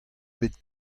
bet